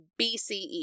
BCE